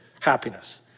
happiness